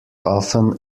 often